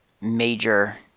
major